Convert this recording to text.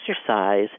exercise